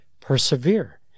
persevere